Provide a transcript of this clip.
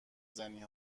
زنی